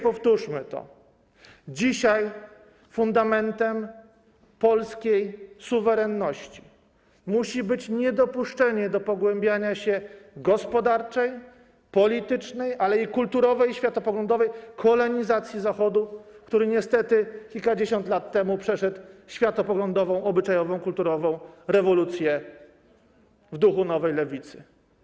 Powtórzmy to: dzisiaj fundamentem polskiej suwerenności musi być niedopuszczenie do pogłębiania się gospodarczej, politycznej, ale i kulturowej, światopoglądowej kolonizacji ze strony Zachodu, który niestety kilkadziesiąt lat temu przeszedł światopoglądową, obyczajową, kulturową rewolucję w duchu nowej Lewicy.